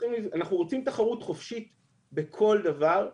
אנחנו רוצים תחרות חופשית בכל דבר,